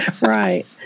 right